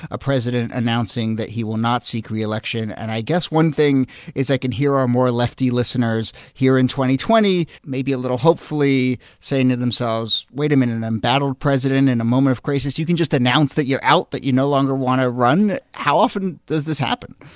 a president announcing that he will not seek re-election. and i guess one thing is i can hear our more lefty listeners here in two twenty maybe a little, hopefully, saying to themselves, wait a minute. an embattled president in a moment of crisis, you can just announce that you're out, that you no longer want to run? how often does this happen?